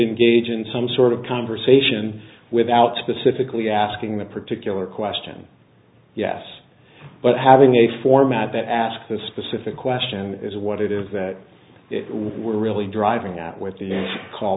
engage in some sort of conversation without specifically asking the particular question yes but having a format that asks a specific question is what it is that it was we're really driving at with the call